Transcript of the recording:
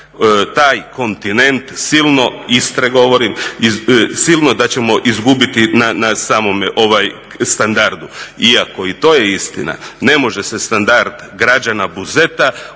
govorim silno da ćemo izgubiti na samome standardu. Iako i to je istina ne može se standard građana Buzeta